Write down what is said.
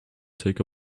take